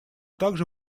также